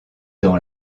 dans